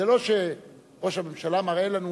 זה לא שראש הממשלה מראה לנו